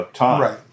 Right